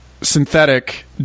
synthetic